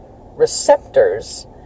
receptors